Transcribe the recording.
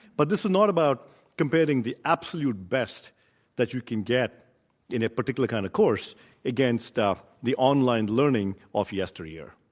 but this is not about comparing the absolute best that you can get in a particular kind of course against the online learning of yesteryear.